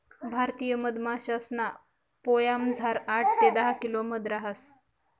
भारतीय मधमाशासना पोयामझार आठ ते दहा किलो मध रहास